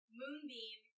moonbeam